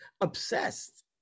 obsessed